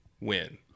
win